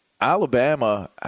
Alabama